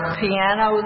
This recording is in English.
piano